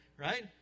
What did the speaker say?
right